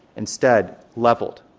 instead levelled